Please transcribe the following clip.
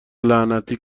لغتی